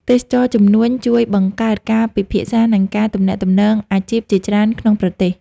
ទេសចរណ៍ជំនួញជួយបង្កើតការពិភាក្សា និងការទំនាក់ទំនងអាជីពជាច្រើនក្នុងប្រទេស។